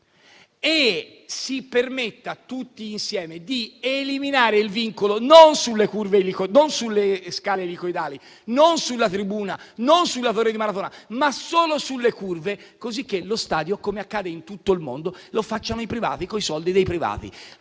Si permetta, tutti insieme, di eliminare il vincolo, non sulle scale elicoidali, non sulla tribuna, non sulla torre di Maratona, ma solo sulle curve, così che lo stadio - come accade in tutto il mondo - lo facciano i privati coi soldi dei privati.